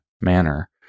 manner